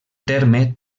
terme